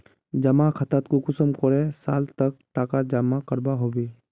जमा खातात कुंसम करे साल तक टका जमा करवा होबे?